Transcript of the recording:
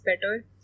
better